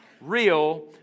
Real